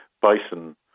bison